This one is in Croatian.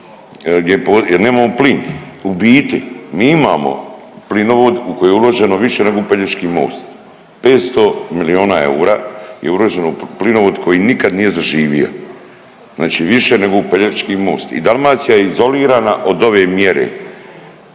jer nemamo plin. U biti mi imamo plinovod u koji je uloženo više nego u Pelješki most, 500 milijuna eura je uloženo u plinovod koji nikad nije zaživio znači više nego u Pelješki most i Dalmacija je izolirana od ove mjere,